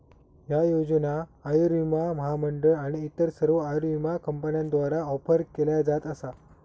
ह्या योजना आयुर्विमा महामंडळ आणि इतर सर्व आयुर्विमा कंपन्यांद्वारा ऑफर केल्या जात असा